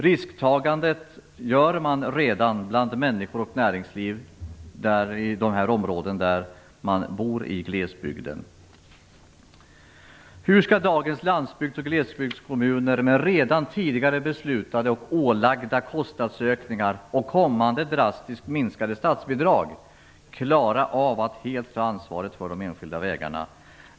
Risktagandet sker redan av människor och näringsliv i de områden där man bor i glesbygd. Hur skall dagens landsbygds och glesbygdskommuner med redan tidigare beslutade och ålagda kostnadsökningar och kommande drastiskt minskade statsbidrag klara av att helt ta ansvaret för de enskilda vägarna?